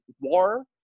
war